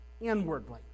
inwardly